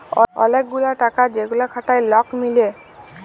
ওলেক গুলা টাকা যেগুলা খাটায় লক মিলে